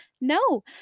No